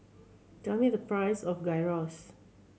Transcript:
tell me the price of Gyros